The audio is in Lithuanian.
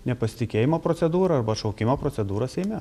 nepasitikėjimo procedūrą arba atšaukimo procedūrą seime